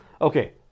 okay